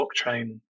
blockchain